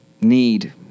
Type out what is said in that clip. need